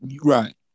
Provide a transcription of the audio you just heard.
Right